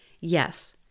Yes